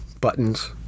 buttons